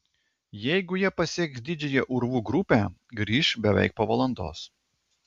jeigu jie pasieks didžiąją urvų grupę grįš beveik po valandos